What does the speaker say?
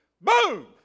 boom